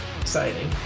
exciting